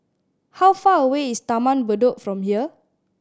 how far away is Taman Bedok from here